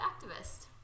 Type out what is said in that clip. activist